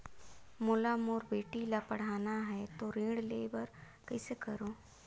मोला मोर बेटी ला पढ़ाना है तो ऋण ले बर कइसे करो